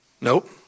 nope